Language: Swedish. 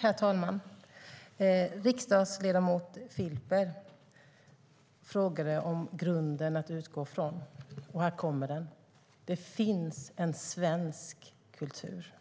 Herr talman! Riksdagsledamot Filper frågade om grunden att utgå från, och här kommer den: Det finns en svensk kultur,